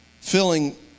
filling